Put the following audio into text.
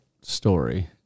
story